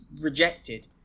rejected